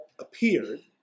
appeared